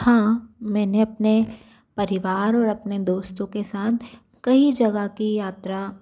हाँ मैंने अपने परिवार और अपने दोस्तों के साथ कई जगह की यात्रा